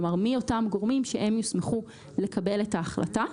כלומר, מי אותם גורמים שהם יוסמכו לקבל את ההחלטה.